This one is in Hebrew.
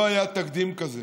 לא היה תקדים כזה